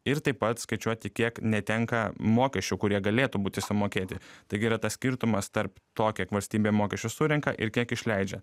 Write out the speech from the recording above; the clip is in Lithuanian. ir taip pat skaičiuoti kiek netenka mokesčių kurie galėtų būti sumokėti taigi yra tas skirtumas tarp to kiek valstybė mokesčių surenka ir kiek išleidžia